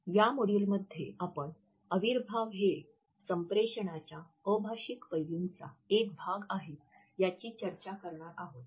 या मॉड्यूलमध्ये आपण अविर्भाव हे संप्रेषणाच्या अभाषिक पैलूंचा एक भाग आहेत याची चर्चा करणार आहोत